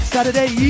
Saturday